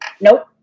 nope